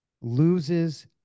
loses